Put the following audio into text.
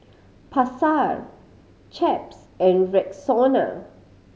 Pasar Chaps and Rexona